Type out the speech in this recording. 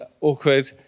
awkward